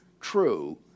true